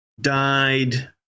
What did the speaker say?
died